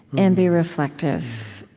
and be reflective